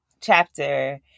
chapter